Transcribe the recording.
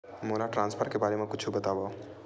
मोला ट्रान्सफर के बारे मा कुछु बतावव?